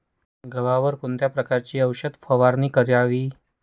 गव्हावर कोणत्या प्रकारची औषध फवारणी करावी?